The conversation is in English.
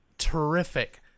terrific